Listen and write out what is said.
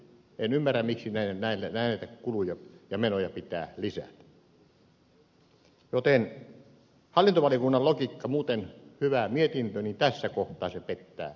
en ymmärrä miksi näitä kuluja ja menoja pitää lisätä joten hallintovaliokunnan logiikka muuten hyvä mietintö tässä kohtaa pettää pahemman kerran